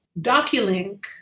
Doculink